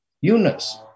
Eunice